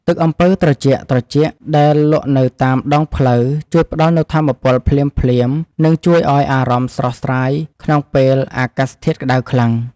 ទឹកអំពៅត្រជាក់ៗដែលលក់នៅតាមដងផ្លូវជួយផ្ដល់នូវថាមពលភ្លាមៗនិងជួយឱ្យអារម្មណ៍ស្រស់ស្រាយក្នុងពេលអាកាសធាតុក្តៅខ្លាំង។